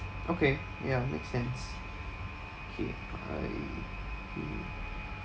okay ya make sense K I K